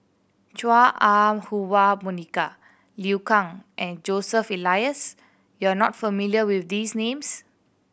Chua Ah Huwa Monica Liu Kang and Joseph Elias you are not familiar with these names